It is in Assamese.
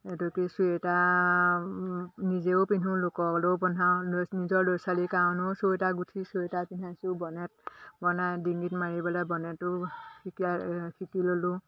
এইটো কি চুৱেটা নিজেও পিন্ধো লোকৰলৈও বনাওঁ নিজৰ ল'ৰা ছোৱালীৰ কাৰণেও চুৱেটা গুঠি চুৱেটা পিন্ধাইছোঁ বনেট বনাই ডিঙিত মাৰিবলে বনেতো শিকি শিকি ল'লোঁ